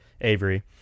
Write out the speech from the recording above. Avery